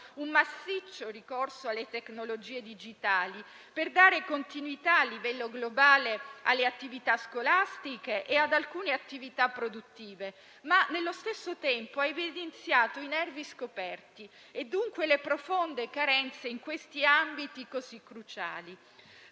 un massiccio ricorso alle tecnologie digitali per dare continuità a livello globale alle attività scolastiche e ad alcune attività produttive, ma, nello stesso tempo, ha evidenziato i nervi scoperti e dunque le profonde carenze in questi ambiti così cruciali.